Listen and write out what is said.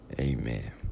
amen